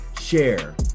share